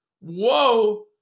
Whoa